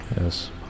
Yes